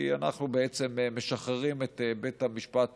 כי אנחנו משחררים את בית המשפט